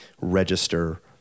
register